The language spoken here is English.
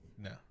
No